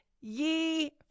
ye